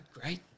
great